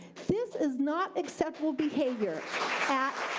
this is not acceptable behavior at